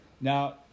Now